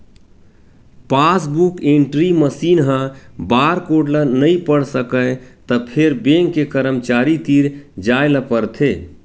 passbook entry machine ह barcode ल नइ पढ़ सकय त फेर बेंक के करमचारी तीर जाए ल परथे